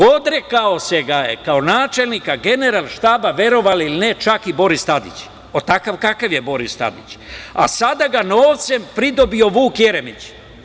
Odrekao ga se kao načelnika Generalštaba, verovali ili ne, čak i Boris Tadić, takav kakav je Boris Tadić, a sada ga novce pridobio Vuk Jeremić.